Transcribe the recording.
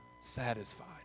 satisfied